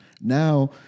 Now